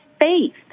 faith